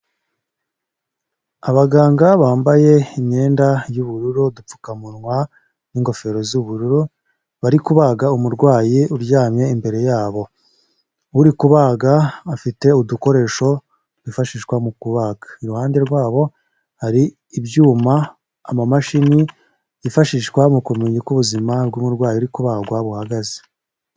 Abaganga bambaye imyenda y'ubururu, udupfukamunwa n'ingofero z'ubururu, bari kubaga umurwayi uryamye, imbere yabo uri kubaga afite udukoresho twifashishwa mu kubaga, iruhande rwabo hari ibyuma, amamashini yifashishwa mu kumenya uko ubuzima bw'umurwayi uri kubagwa buhagaze.